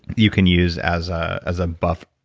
you can use as ah as a buffer,